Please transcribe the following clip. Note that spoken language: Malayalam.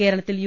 കേരളത്തിൽ യു